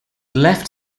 left